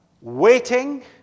waiting